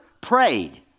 prayed